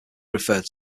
referred